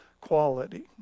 quality